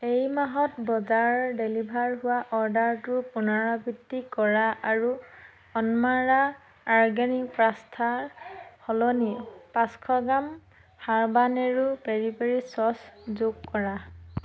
এই মাহত বজাৰ ডেলিভাৰ হোৱা অৰ্ডাৰটোৰ পুনৰাবৃত্তি কৰা আৰু অন্মাৰা আৰ্গেনিক পাষ্টাৰ সলনি পাঁচশ gram habanero peri peri sauce যোগ কৰা